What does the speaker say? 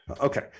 Okay